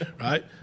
right